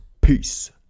Peace